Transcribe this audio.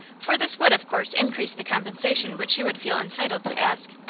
for this would of course increase the compensation which he would feel entitled to ask.